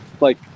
like-